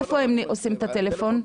איפה הם עושים את שיחת הטלפון?